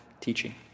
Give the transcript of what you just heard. teaching